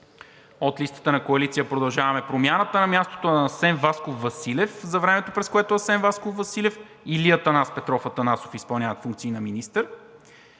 от листата на Коалиция „Продължаваме Промяната“, на мястото на Асен Васков Василев за времето, през което Асен Васков Василев или Атанас Петров Атанасов изпълняват функции на министър.